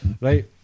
Right